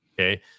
Okay